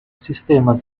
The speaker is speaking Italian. sistema